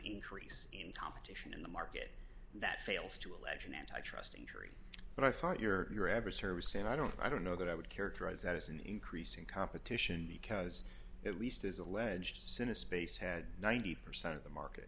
increase in competition in the market that fails to allege an antitrust injury but i thought your your ever service and i don't i don't know that i would characterize that as an increase in competition because at least as alleged cinna space had ninety percent of the market